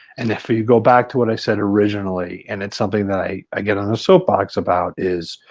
and if you go back to what i said originally and it's something that i i get on the soapbox about is